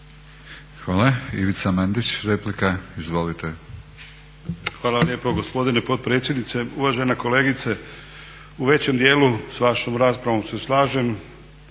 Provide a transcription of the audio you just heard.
Izvolite. **Mandić, Ivica (HNS)** Hvala vam lijepo gospodine potpredsjedniče. Uvažena kolegice, u većem djelu s vašom raspravom se slažem,